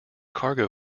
cargo